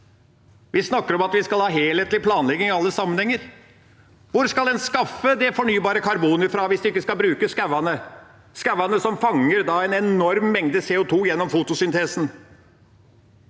Vi snakker om at vi skal ha helhetlig planlegging i alle sammenhenger. Hvor skal en skaffe det fornybare karbonet fra hvis en ikke skal bruke skogene, skogene som fanger en enorm mengde CO2 gjennom fotosyntesen?